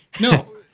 No